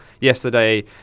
yesterday